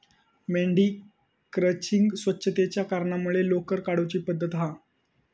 मेंढी क्रचिंग स्वच्छतेच्या कारणांमुळे लोकर काढुची पद्धत हा